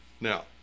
Now